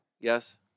Yes